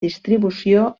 distribució